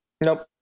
Nope